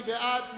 מי בעד?